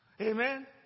Amen